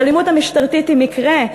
שהאלימות המשטרתית היא מקרה?